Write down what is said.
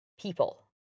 people